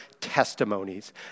testimonies